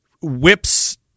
whips